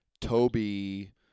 Toby